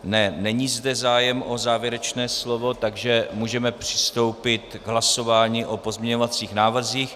Ne, není zde zájem o závěrečné slovo, takže můžeme přistoupit k hlasování o pozměňovacích návrzích.